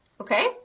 Okay